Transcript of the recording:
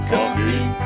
Coffee